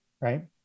right